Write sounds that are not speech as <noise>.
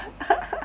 <laughs>